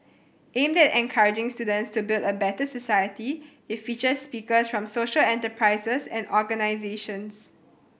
aimed at encouraging students to build a better society it features speakers from social enterprises and organisations